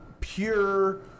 pure